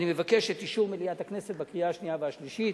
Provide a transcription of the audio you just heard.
אני מבקש את אישור מליאת הכנסת בקריאה השנייה והשלישית.